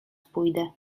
pójdę